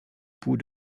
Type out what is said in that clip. poux